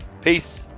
Peace